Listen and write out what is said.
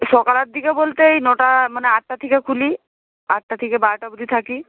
সকালের দিকে বলতে এই নটা মানে আটটা থিকে খুলি আটটা থেকে বারোটা অবধি থাকি